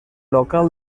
local